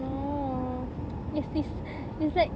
no it's this it's like